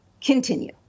Continue